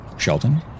Shelton